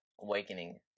Awakening